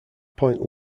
point